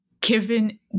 given